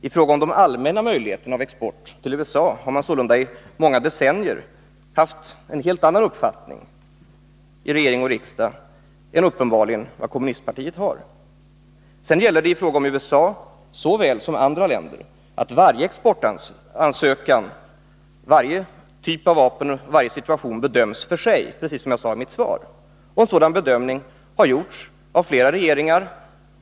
I fråga om de allmänna möjligheterna för export till USA har man sålunda i många decennier haft en helt annan uppfattning i regering och riksdag än vad kommunistpartiet uppenbarligen har. Sedan gäller i fråga om USA såväl som i fråga om andra länder att varje exportansökan — varje typ av vapen och varje situation — bedöms för sig, precis som jag sade i mitt svar. Sådana bedömningar har gjorts av flera regeringar.